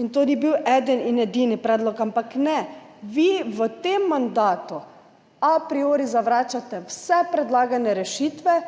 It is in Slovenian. In to ni bil eden in edini predlog. Ampak ne, vi v tem mandatu a priori zavračate vse predlagane rešitve s